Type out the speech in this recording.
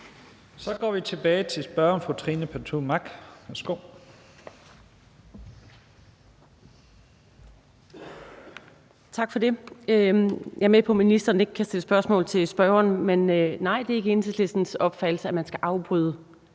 Så går vi tilbage til spørgeren, fru Trine Pertou